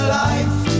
life